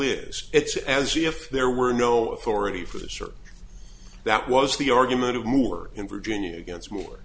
is it's as if there were no authority for this or that was the argument of more in virginia against